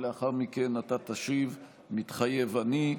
ולאחר מכן אתה תשיב: "מתחייב אני".